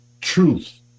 truth